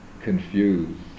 confused